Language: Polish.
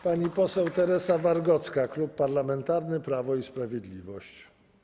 Pani poseł Teresa Wargocka, Klub Parlamentarny Prawo i Sprawiedliwość.